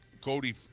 Cody